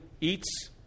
eats